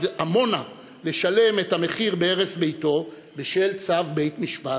עמונה לשלם את המחיר בהרס ביתו בשל צו בית-משפט,